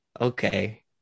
okay